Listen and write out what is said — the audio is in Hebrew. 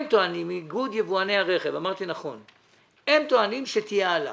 הם טוענים, איגוד יבואני הרכב, שתהיה העלאה.